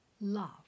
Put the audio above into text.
Love